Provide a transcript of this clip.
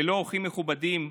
ללא אורחים מכובדים,